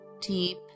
deep